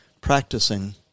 practicing